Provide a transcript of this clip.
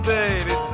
Baby